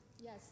Yes